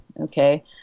okay